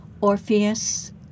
Orpheus